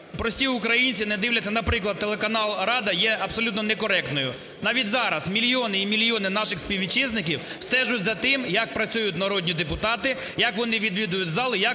прості українці не дивляться, наприклад, телеканал "Рада", є абсолютно некоректною. Навіть зараз мільйони і мільйони наших співвітчизників стежать за тим, як працюють народні депутати, як вони відвідують зал і як